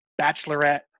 Bachelorette